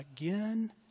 again